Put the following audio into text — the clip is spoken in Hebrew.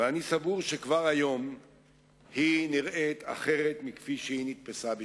ואני סבור שכבר היום היא נראית אחרת מכפי שהיא נתפסה בשעתה.